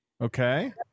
Okay